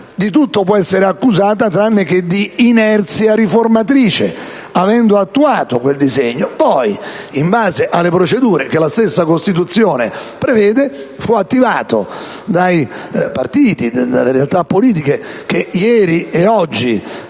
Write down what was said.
di tutto può essere accusata tranne che di inerzia riformatrice. Dopo di che, in base alle procedure che la stessa Costituzione prevede, fu attivato dalle realtà politiche che ieri e oggi